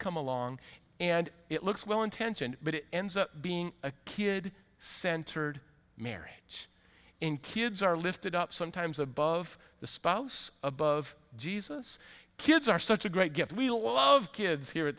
come along and it looks well intentioned but it ends up being a kid centered marriage in kids are lifted up sometimes above the spouse above jesus kids are such a great gift we love kids here at